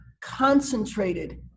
concentrated